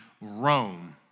Rome